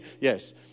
Yes